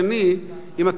אם אתם לא מאמצים אותו,